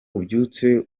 ubyutse